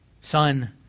Son